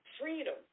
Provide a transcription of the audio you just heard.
freedom